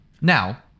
Now